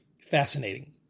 fascinating